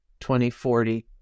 2040